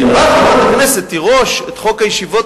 תיארה חברת הכנסת תירוש את חוק הישיבות